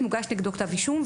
מוגש נגדו כתב אישום,